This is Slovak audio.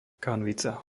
kanvica